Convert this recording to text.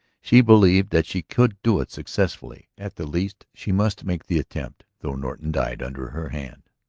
she believed that she could do it successfully at the least she must make the attempt, though norton died under her hand.